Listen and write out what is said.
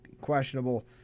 questionable